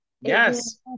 Yes